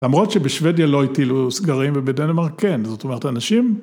למרות שבשוודיה לא היו סגרים ובדנמרק כן, זאת אומרת האנשים...